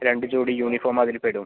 രണ്ട് ജോഡി യൂണിഫോം അതിൽ പെടും